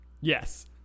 yes